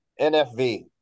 NFV